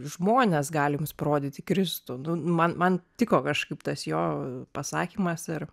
žmonės gali mums parodyti kristų nu man man tiko kažkaip tas jo pasakymas ir